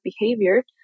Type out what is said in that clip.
behavior